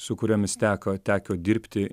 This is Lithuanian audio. su kuriomis teko teko dirbti